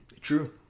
True